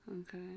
Okay